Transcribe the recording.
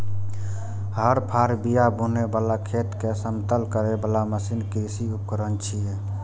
हर, फाड़, बिया बुनै बला, खेत कें समतल करै बला मशीन कृषि उपकरण छियै